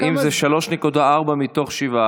אם זה 3.4 מתוך 7,